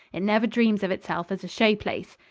it never dreams of itself as a show-place.